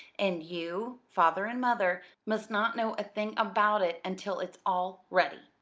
and you, father and mother, must not know a thing about it until it's all ready.